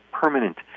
permanent